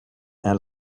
and